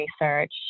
research